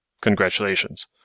Congratulations